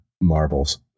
marbles